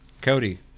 Cody